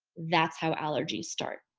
that's how allergies start.